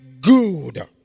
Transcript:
good